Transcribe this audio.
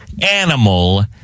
animal